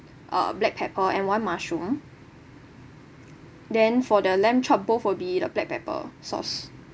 uh black pepper and one mushroom then for the lamb chop both will be the black pepper sauce